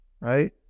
right